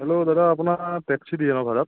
hello দাদা আপোনাৰ taxi দিয়ে ন ভাড়াত